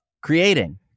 creating